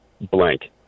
blank